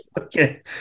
Okay